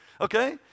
Okay